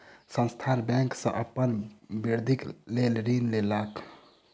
संस्थान बैंक सॅ अपन वृद्धिक लेल ऋण लेलक